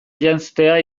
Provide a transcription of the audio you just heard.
janztea